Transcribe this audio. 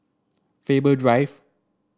Faber Drive